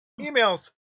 emails